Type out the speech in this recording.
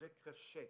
זה קשה.